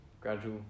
gradual